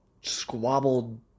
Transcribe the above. squabbled